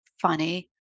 funny